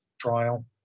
trial